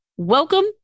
Welcome